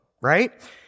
right